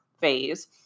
phase